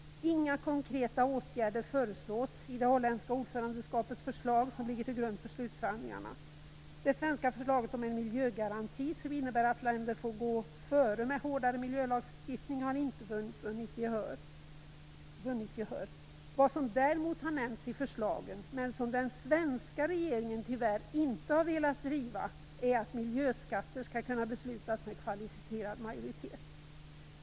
Inga konkreta åtgärder föreslås i det holländska ordförandeskapets förslag som ligger till grund för slutförhandlingarna. Det svenska förslaget om en miljögaranti, som innebär att länder får gå före med hårdare miljölagstiftning, har inte vunnit gehör. Vad som däremot har nämnts i förslaget, men som den svenska regeringen tyvärr inte har velat driva, är att miljöskatter skall kunna beslutas med kvalificerad majoritet.